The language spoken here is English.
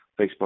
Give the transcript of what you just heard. Facebook